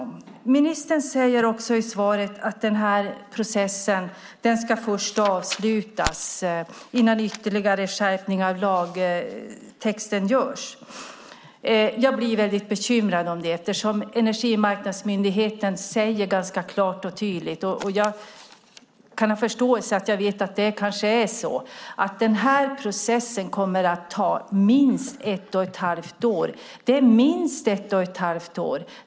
Ministern sade också i sitt svar att processen först ska avslutas innan ytterligare skärpning av lagtexten görs. Jag blir bekymrad. Energimarknadsinspektionen säger klart och tydligt - och jag har förståelse för det - att processen kommer att ta minst ett och ett halvt år.